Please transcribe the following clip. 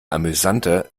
amüsanter